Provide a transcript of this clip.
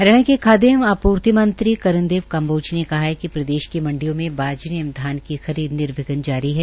हरियाणा के खादय एवं आपूर्ति मंत्री श्री कर्णदेव काम्बोज ने कहा कि प्रदेश की मंडियों में बाजरे एवं धान की खरीद निरविहन जारी है